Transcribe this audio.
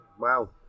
Wow